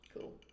Cool